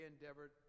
endeavored